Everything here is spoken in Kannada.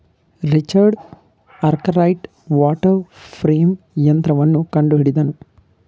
ರಿಚರ್ಡ್ ಅರ್ಕರೈಟ್ ವಾಟರ್ ಫ್ರೇಂ ಯಂತ್ರವನ್ನು ಕಂಡುಹಿಡಿದನು